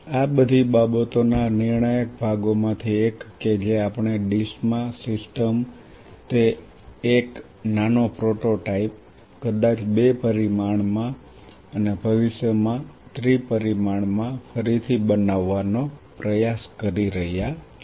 આ બધી બાબતોના નિર્ણાયક ભાગોમાંથી એક કે જે આપણે ડીશમાં સિસ્ટમ તે એક નાનો પ્રોટોટાઇપ કદાચ બે પરિમાણમાં અને ભવિષ્યમાં ત્રિ પરિમાણમાં ફરીથી બનાવવાનો પ્રયાસ કરી રહ્યા છીએ